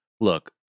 Look